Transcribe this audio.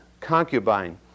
concubine